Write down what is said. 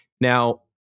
Now